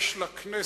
יש לה כנסת,